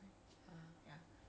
did you take the stuffs